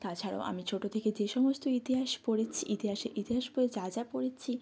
তাছাড়াও আমি ছোটো থেকে যে সমস্ত ইতিহাস পড়েছি ইতিহাসে ইতিহাস বইয়ে যা যা পড়েছি